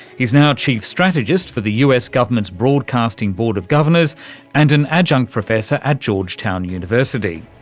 he's now chief strategist for the us government's broadcasting board of governors and an adjunct professor at georgetown university.